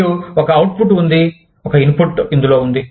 మరియు ఒక అవుట్పుట్ ఉంది ఒక ఇన్పుట్ ఇందులో ఉంది